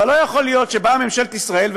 אבל לא יכול להיות שממשלת ישראל,